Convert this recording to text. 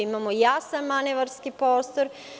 Imamo jasan manevarski prostor.